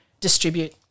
distribute